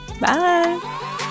Bye